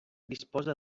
disposa